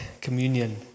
communion